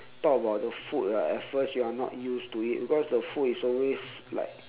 talk about the food ah at first you are not used to it because the food is always like